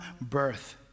birth